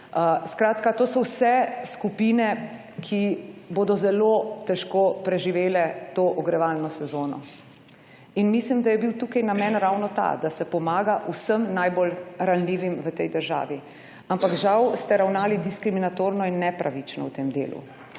to so vse skupine, ki bodo zelo težko preživele to ogrevalno sezono. In mislim, da je bil tukaj namen ravno ta, da se pomaga vsem najbolj ranljivim v tej državi. Ampak žal ste ravnali diskriminatorno in nepravično v tem delu.